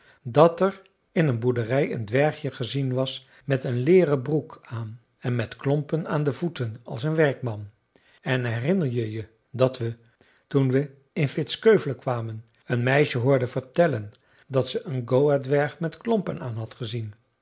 dat er in een boerderij een dwergje gezien was met een leeren broek aan en met klompen aan de voeten als een werkman en herinner je je dat we toen we in vittskövle kwamen een meisje hoorden vertellen dat ze een goa dwerg met klompen aan had gezien